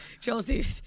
Chelsea